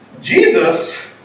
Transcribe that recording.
Jesus